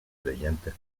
brillantes